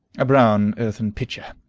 a brown earthen pitcher!